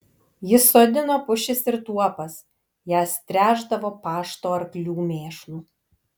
jis sodino pušis ir tuopas jas tręšdavo pašto arklių mėšlu